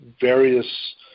various